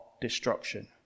destruction